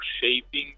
shaping